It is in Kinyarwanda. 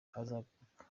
azagaruka